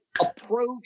approach